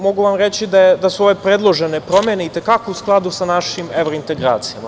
Mogu vam reći da su ove predložene promene i te kako u skladu sa našim evro integracijama.